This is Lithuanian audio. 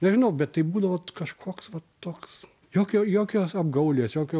nežinau bet tai būdavo kažkoks va toks jokio jokios apgaulės jokio